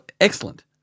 Excellent